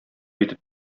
итеп